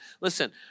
Listen